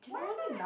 what